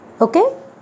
Okay